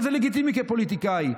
וזה לגיטימי כפוליטיקאי,